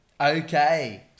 Okay